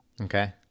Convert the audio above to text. Okay